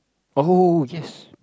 oh yes